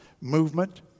Movement